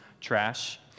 Trash